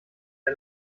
der